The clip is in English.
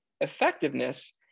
effectiveness